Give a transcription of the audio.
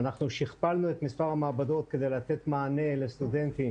שכפלנו את מספר המעבדות כדי לתת מענה לסטודנטים